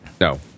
no